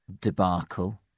debacle